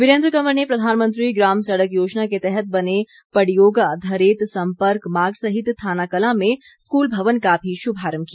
वीरेन्द्र कंवर ने प्रधानमंत्री ग्राम सड़क योजना के तहत बने पडयोगा धरेत संपर्क मार्ग सहित थानाकलां में स्कूल भवन का भी शुभारम्भ किया